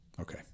Okay